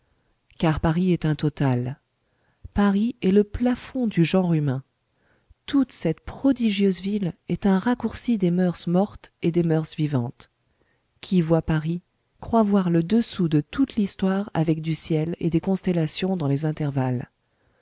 car paris est un total paris est le plafond du genre humain toute cette prodigieuse ville est un raccourci des moeurs mortes et des moeurs vivantes qui voit paris croit voir le dessous de toute l'histoire avec du ciel et des constellations dans les intervalles